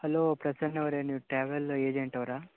hello Prasanna ಅವರೆ ನೀವು travel agent ಅವರಾ